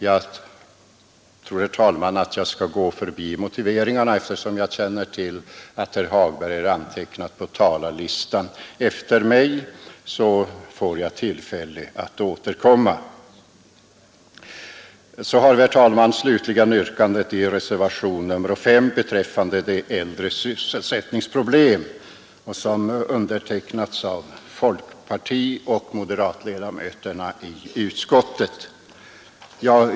Jag tror, herr talman, att jag skall gå förbi motiveringarna eftersom jag känner till att herr Hagberg, som är huvudmotionär, är antecknad på talarlistan efter mig. Jag får således tillfälle att återkomma. Sedan har vi, herr talman, slutligen yrkandet i reservationen V beträffande de äldres sysselsättningsproblem. Den har undertecknats av folkpartioch moderatledamöterna i utskottet.